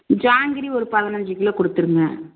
ஜாங்கிரி ஒரு பதினஞ்சு கிலோ கொடுத்துருங்க